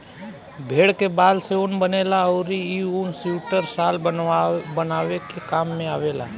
भेड़ के बाल से ऊन बनेला अउरी इ ऊन सुइटर, शाल बनावे के काम में आवेला